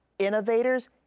innovators